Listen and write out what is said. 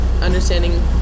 understanding